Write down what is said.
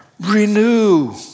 Renew